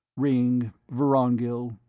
ringg, vorongil,